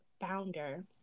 founder